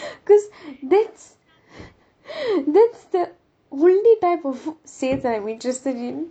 because that's that's the says I'm interested in